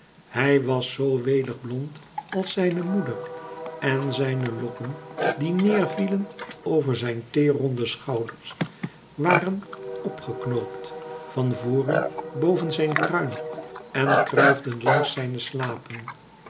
hij was zoo welig blond als zijne moeder en zijne lokken die neêr vielen over zijn teêr ronde schouders waren p geknoopt van voren boven zijn kruin en kruifden langs zijne slapen